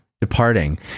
departing